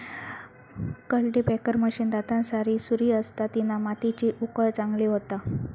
cultipacker machine दातांसारी सुरी असता तिना मातीची उकळ चांगली होता